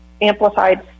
amplified